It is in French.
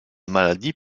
maladie